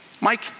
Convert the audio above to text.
Mike